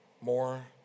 more